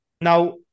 Now